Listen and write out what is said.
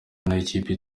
ikipe